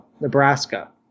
Nebraska